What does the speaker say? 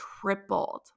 tripled